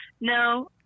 No